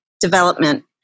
development